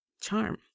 charm